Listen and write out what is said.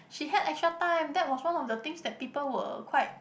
she had extra time that was one of the things that people were quite